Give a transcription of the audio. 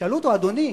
שאלו אותו: אדוני,